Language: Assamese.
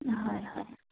হয় হয়